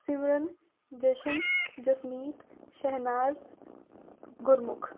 Simran Jashan Jasneet Shehnaaz Gurmukh